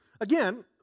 Again